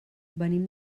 venim